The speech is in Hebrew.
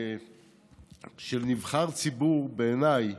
נבחר ציבור בעיניי